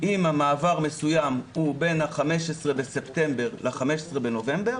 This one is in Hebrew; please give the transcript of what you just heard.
אם מעבר מסוים הוא בין ה-15 בספטמבר ל-15 בנובמבר